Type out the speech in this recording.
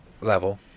level